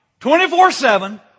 24-7